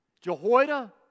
Jehoiada